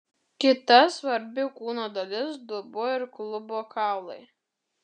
kita svarbi kūno dalis dubuo ir klubo kaulai